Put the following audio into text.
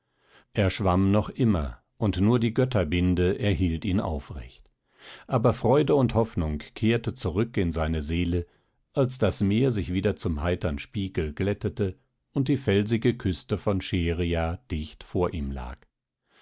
er schwamm noch immer und nur die götterbinde erhielt ihn aufrecht aber freude und hoffnung kehrte zurück in seine seele als das meer sich wieder zum heitern spiegel glättete und die felsige küste von scheria dicht vor ihm lag